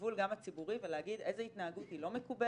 הגבול גם הציבורי ולהגיד איזה התנהגות היא לא מקובלת,